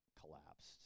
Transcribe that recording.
collapsed